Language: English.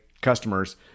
customers